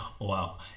Wow